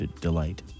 Delight